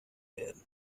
werden